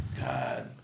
God